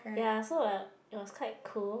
ya so uh it was quite cool